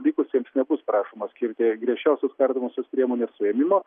likusiems nebus prašoma skirti griežčiausios kardomosios priemonės suėmimo